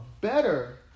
better